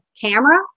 camera